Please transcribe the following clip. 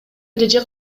эреже